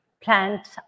plants